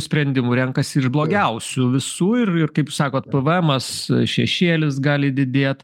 sprendimų renkasi iš blogiausių visų ir ir kaip sakot pavaemas šešėlis gali didėt